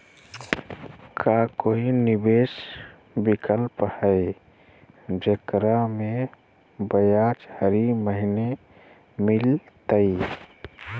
का कोई निवेस विकल्प हई, जेकरा में ब्याज हरी महीने मिलतई?